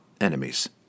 enemies